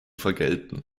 vergelten